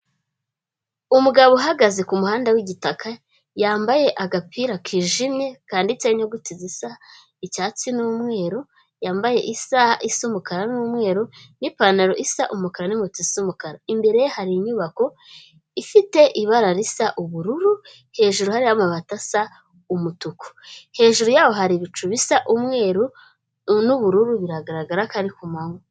Umugabo uhagaze ku muhanda w'igitaka yambaye agapira kijimye kanditse inyuguti zisa icyatsi n'umweru, yambaye isaha isa umukara n'umweru n'ipantaro isa umukara n'inkweto zisa umukara, imbere ye hari inyubako ifite ibara risa ubururu hejuru hariho amabati asa umutuku, hejuru yaho hari ibicu bisa umweru nu'ubururu, biragaragara ko ari ku manywa.